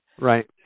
Right